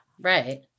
right